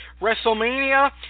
WrestleMania